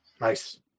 Nice